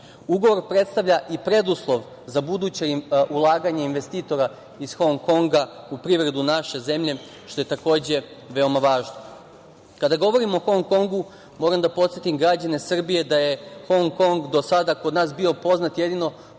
Ugovor predstavlja i preduslov za buduća ulaganja investitora iz Hong Konga u privredu naše zemlje, što je takođe veoma važno. Kada govorimo o Hong Kongu, moram da podsetim građane Srbije da je Hong Kong do sada kod nas bio poznat jedino